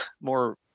more